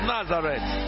Nazareth